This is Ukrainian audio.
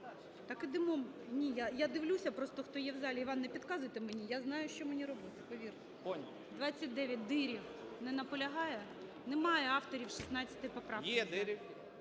Так ідемо, ні, я дивлюся просто, хто є в залі. Іван, не підказуйте мені, я знаю, що мені робити, повірте. 29. Дирів. Не наполягає? Немає авторів 16 поправки.